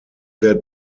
der